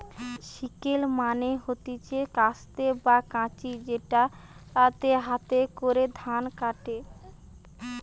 sickle মানে হতিছে কাস্তে বা কাঁচি যেটাতে হাতে করে ধান কাটে